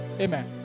Amen